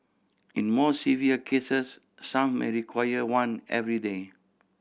in more severe cases some may require one every day